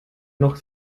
noch